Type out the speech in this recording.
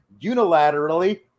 unilaterally